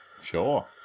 sure